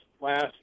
last